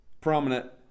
prominent